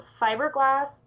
fiberglass